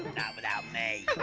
not without me.